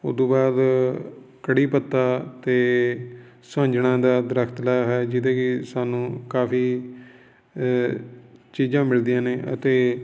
ਉਹ ਤੋਂ ਬਾਅਦ ਕੜੀ ਪੱਤਾ ਅਤੇ ਸੋਹੰਜਣਾ ਦਾ ਦਰੱਖਤ ਲਾਇਆ ਹੋਇਆ ਜਿਹਦੇ ਕਿ ਸਾਨੂੰ ਕਾਫੀ ਚੀਜ਼ਾਂ ਮਿਲਦੀਆਂ ਨੇ ਅਤੇ